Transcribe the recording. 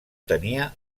tenia